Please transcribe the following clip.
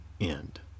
end